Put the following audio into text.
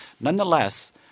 Nonetheless